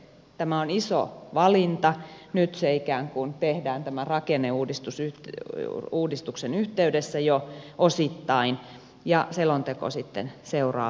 tämä on iso valinta nyt se ikään kuin tehdään tämän rakenneuudistuksen yhteydessä jo osittain ja selonteko sitten seuraa perässä